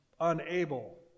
unable